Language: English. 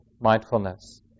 mindfulness